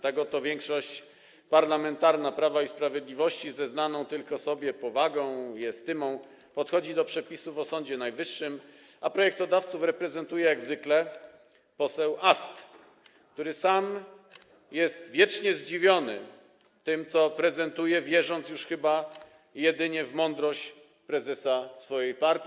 Tak oto większość parlamentarna Prawa i Sprawiedliwości ze znaną tylko sobie powagą i estymą podchodzi do przepisów o Sądzie Najwyższym, a projektodawców reprezentuje jak zwykle poseł Ast, który sam jest wiecznie zdziwiony tym, co prezentuje, wierząc już chyba jedynie w mądrość prezesa swojej partii.